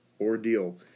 ordeal